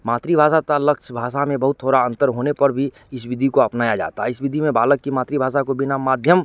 मातृभाषा का लक्ष्य भाषा में बहुत थोड़ा अंतर होने पर भी इस विधी को अपनाया जाता है इस विधी में बालक की मातृभाषा को बिना माध्यम